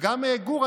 וגם גור,